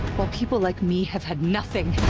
while people like me have had nothing.